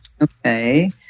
Okay